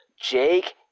Jake